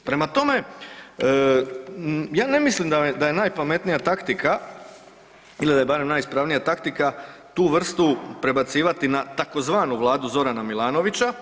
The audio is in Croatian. Prema tome, ja ne mislim da je najpametnija taktika ili da je barem najispravnija taktika tu vrstu prebacivati na tzv. Vladu Zorana Milanovića.